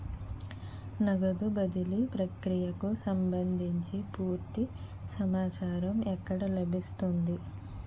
నగదు బదిలీ ప్రక్రియకు సంభందించి పూర్తి సమాచారం ఎక్కడ లభిస్తుంది?